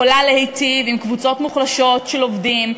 יכולה להיטיב עם קבוצות מוחלשות של עובדים,